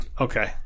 okay